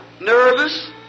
nervous